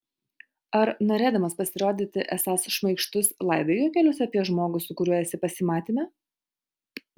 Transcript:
ar norėdamas pasirodyti esąs šmaikštus laidai juokelius apie žmogų su kuriuo esi pasimatyme